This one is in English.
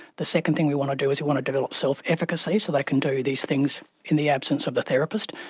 the second thing we want to do is we want to develop self-efficacy so they can do these things in the absence of the therapist.